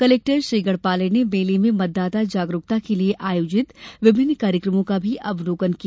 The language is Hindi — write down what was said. कलेक्टर श्री गढ़पाले ने मेले में मतदाता जागरूकता के लिए आयोजित विभिन्न कार्यक्रमों का भी अवलोकन किया